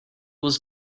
was